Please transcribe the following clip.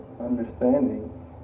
understanding